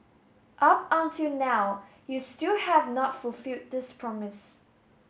up until now you still have not fulfilled this promise